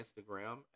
Instagram